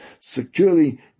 securely